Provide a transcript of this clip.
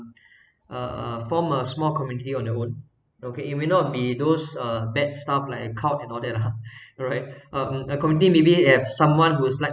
uh form a small community on your own okay it may not be those uh bad stuff like a cult and all that lah um community maybe uh someone who's like